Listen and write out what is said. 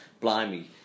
Blimey